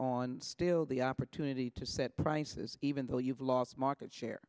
on still the opportunity to set prices even though you've lost market share